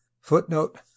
footnote